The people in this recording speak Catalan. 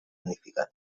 unificat